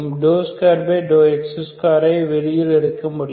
2x2 ஐ வெளியில் எடுக்க முடியும்